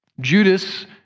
Judas